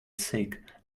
sick